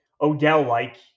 Odell-like